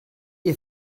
ihr